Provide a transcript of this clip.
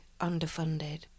underfunded